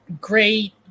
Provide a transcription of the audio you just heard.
Great